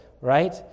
right